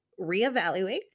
reevaluate